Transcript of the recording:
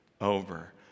Over